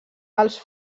els